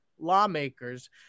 lawmakers